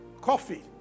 coffee